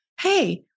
hey